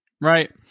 Right